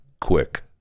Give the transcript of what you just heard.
Quick